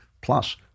plus